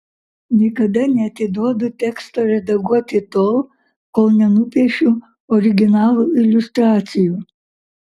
niekada neatiduodu teksto redaguoti tol kol nenupiešiu originalų iliustracijų